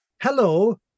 Hello